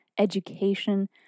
education